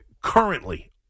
currently